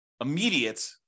immediate